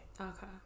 Okay